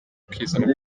ukizana